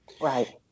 Right